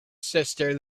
sister